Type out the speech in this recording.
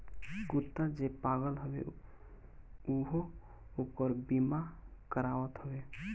कुत्ता जे पालत हवे उहो ओकर बीमा करावत हवे